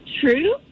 True